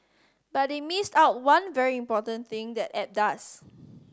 but they missed out one very important thing that the app does